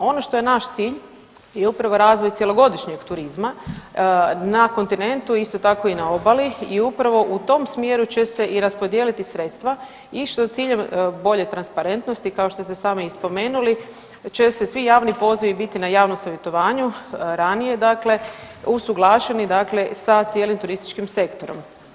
Ono što je naš cilj je upravo razvoj cjelogodišnjeg turizma na kontinentu, isto tako i na obali i upravo u tom smjeru će se i raspodijeliti sredstva i što je cilj bolje transparentnosti kao što ste sami spomenuli će se svi javni pozivi biti na javnom savjetovanju ranije dakle usuglašeni sa cijelim turističkim sektorom.